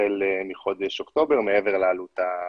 החל מחודש אוקטובר מעבר לעלות המשקית.